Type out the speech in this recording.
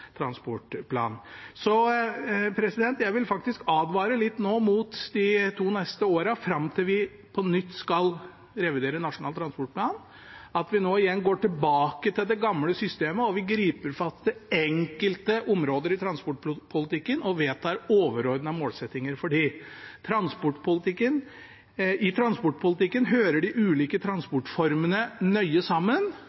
transportplan. Jeg vil faktisk advare litt mot at vi nå de to neste årene, fram til vi på nytt skal revidere Nasjonal transportplan, igjen går tilbake til det gamle systemet og griper fatt i enkelte områder i transportpolitikken og vedtar overordnede målsettinger for dem. I transportpolitikken hører de ulike